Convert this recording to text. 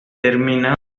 terminado